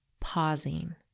pausing